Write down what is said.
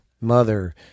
mother